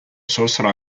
sorsero